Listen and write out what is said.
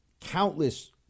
countless